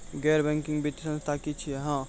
गैर बैंकिंग वित्तीय संस्था की छियै?